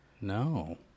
No